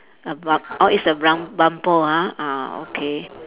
a ba~ orh it's a rum~ bumper ah ah okay